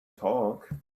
talk